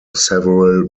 several